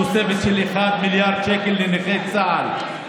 תוספת של מיליארד שקל לנכי צה"ל,